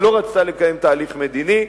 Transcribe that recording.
ולא רצתה לקיים תהליך מדיני.